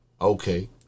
Okay